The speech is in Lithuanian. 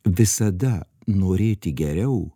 visada norėti geriau